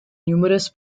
numerous